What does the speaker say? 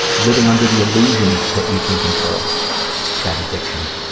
living under the illusion that you can control that addiction.